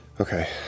Okay